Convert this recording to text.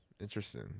Interesting